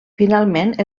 finalment